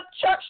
church